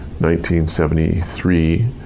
1973